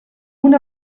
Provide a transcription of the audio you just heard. una